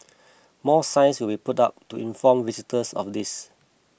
more signs will be put up to inform visitors of this